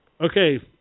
Okay